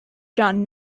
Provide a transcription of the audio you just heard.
john